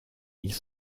ils